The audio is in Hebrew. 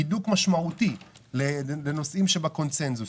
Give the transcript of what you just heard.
הידוק משמעותי לנושאים שבקונצנזוס.